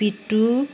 पिट्टू